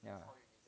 yeah